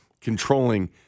controlling